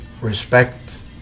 respect